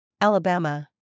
Alabama